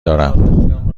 دارم